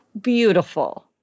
beautiful